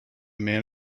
man